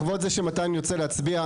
לכבוד זה שמתן יוצא להצביע,